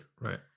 right